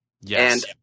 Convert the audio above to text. Yes